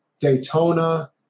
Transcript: Daytona